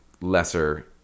lesser